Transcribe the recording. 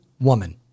woman